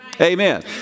Amen